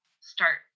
start